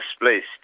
displaced